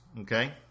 Okay